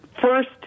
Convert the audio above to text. first